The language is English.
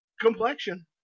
complexion